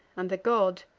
and the god,